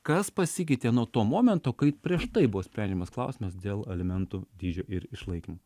kas pasikeitė nuo to momento kai prieš tai buvo sprendžiamas klausimas dėl alimentų dydžio ir išlaikym